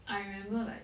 I remember like